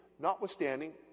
Notwithstanding